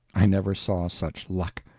i never saw such luck.